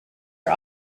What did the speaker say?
are